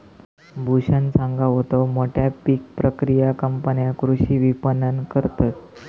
भूषण सांगा होतो, मोठ्या पीक प्रक्रिया कंपन्या कृषी विपणन करतत